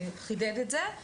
חידד את זה,